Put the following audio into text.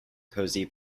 cozy